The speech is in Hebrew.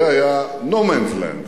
זה היה no man's land.